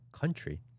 country